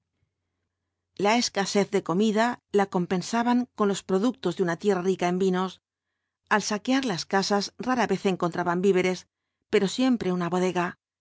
la escasez de comida la compensaban con los productos de una tierra rica en vinos al saquear las casas rara vez encontraban víveres pero siempre una bodega